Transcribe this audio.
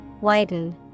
Widen